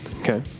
Okay